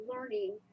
learning